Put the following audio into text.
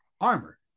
Armor